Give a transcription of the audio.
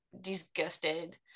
disgusted